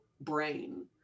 brain